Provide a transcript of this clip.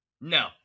No